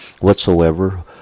whatsoever